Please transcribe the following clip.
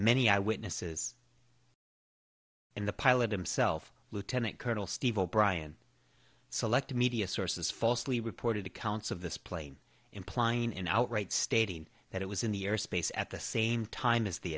many eyewitnesses in the pilot himself lieutenant colonel steve o'brien selected media sources falsely reported accounts of this plane implying an outright stating that it was in the air space at the same time as the